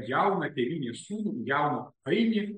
jauną tėvynės sūnų jauną ainį